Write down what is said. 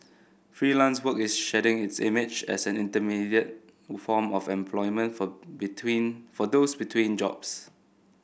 freelance work is shedding its image as an intermediate form of employment for between for those between jobs